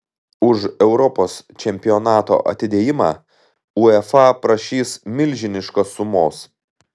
už europos čempionato atidėjimą uefa prašys milžiniškos sumos